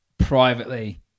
privately